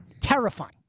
terrifying